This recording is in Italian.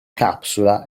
capsula